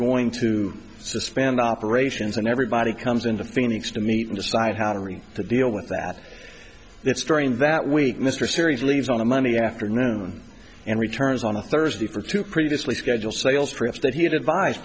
going to suspend operations and everybody comes into phoenix to meet and decide how to reach the deal with that it's during that week mr series leaves on a monday afternoon and returns on a thursday for two previously scheduled sales trips that he had a vice